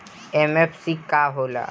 MFC का होला?